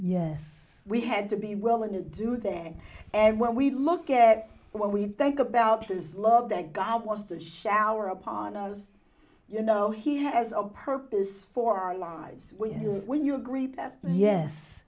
yes we had to be willing to do there and when we look at what we think about his love that guy wants to shower upon us you know he has a purpose for our lives when you when you agree that yes